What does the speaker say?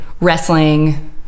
wrestling